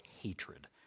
hatred